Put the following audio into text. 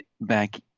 back